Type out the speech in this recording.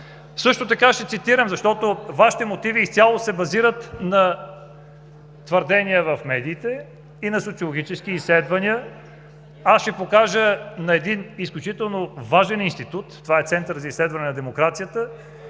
Също така ще цитирам, защото Вашите мотиви изцяло се базират на твърдения в медиите и на социологически изследвания. Аз ще покажа на един изключително важен институт – това е Центърът за изследване на демокрацията,